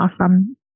awesome